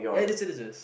ya it is this it is